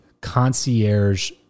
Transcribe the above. concierge